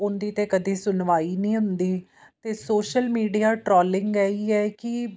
ਉਹਦੀ ਤਾਂ ਕਦੇ ਸੁਣਵਾਈ ਨਹੀਂ ਹੁੰਦੀ ਅਤੇ ਸੋਸ਼ਲ ਮੀਡੀਆ ਟਰੋਲਿੰਗ ਇਹ ਹੀ ਹੈ ਕਿ